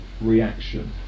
reaction